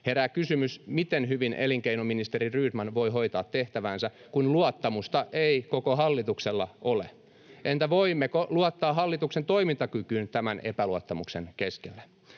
Herää kysymys: miten hyvin elinkeinoministeri Rydman voi hoitaa tehtäväänsä, kun luottamusta ei koko hallituksella ole? [Vilhelm Junnilan välihuuto] Entä voimmeko luottaa hallituksen toimintakykyyn tämän epäluottamuksen keskellä?